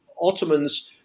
Ottomans